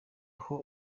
aho